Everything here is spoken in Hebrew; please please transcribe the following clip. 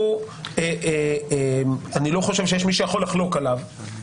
שאני לא חושב שיש מישהו שיכול לחלוק עליו,